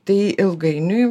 tai ilgainiui